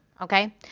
okay